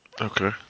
Okay